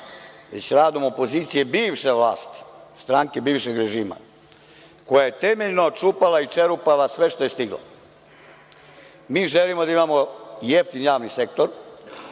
već radom opozicije bivše vlasti stranke bivšeg režima, koja je temeljno čupala i čerupala sve što je stigla. Mi želimo da imamo jeftin javni sektor,